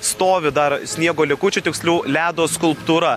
stovi dar sniego likučių tiksliau ledo skulptūra